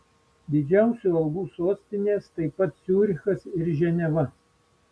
didžiausių algų sostinės taip pat ciurichas ir ženeva